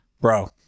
bro